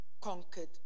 conquered